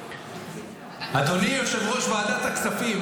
אדוני יושב-ראש ועדת הכספים,